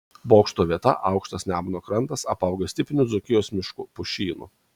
bokšto vieta aukštas nemuno krantas apaugęs tipiniu dzūkijos mišku pušynu